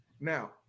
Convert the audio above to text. now